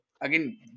again